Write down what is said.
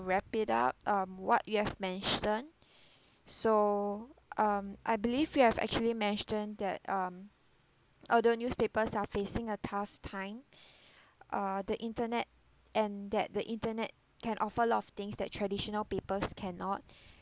wrap it up um what you have mentioned so um I believe you have actually mentioned that um although newspapers are facing a tough time uh the internet and that the internet can offer a lot of things that traditional papers cannot